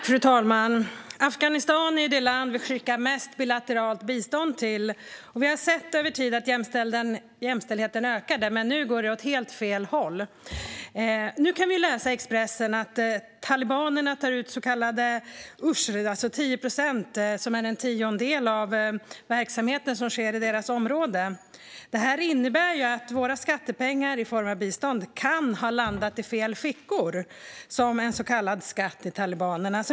Fru talman! Afghanistan är det land vi skickar mest bilateralt bistånd till, och vi har sett över tid att jämställdheten ökar där. Men nu går det åt helt fel håll. Nu kan vi läsa i Expressen att talibanerna tar ut så kallad ushr - 10 procent, alltså ett tionde - på verksamheter som sker i deras område. Det här innebär att våra skattepengar i form av bistånd kan ha landat i fel fickor som en så kallad skatt till talibanerna.